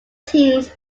teams